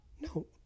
No